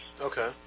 Okay